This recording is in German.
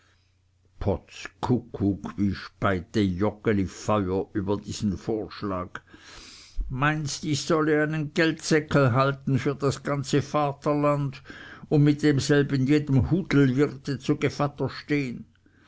wie speite joggeli feuer über diesen vorschlag meinst ich solle einen geldseckel halten für das ganze vaterland und mit demselben jedem hudelwirte zu gevatter stehn